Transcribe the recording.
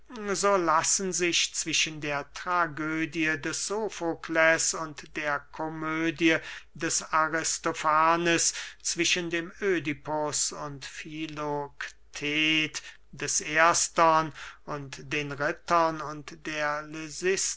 so lassen sich zwischen der tragödie des sofokles und der komödie des aristofanes zwischen dem ödipus und filoktet des erstern und den rittern und der